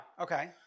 Okay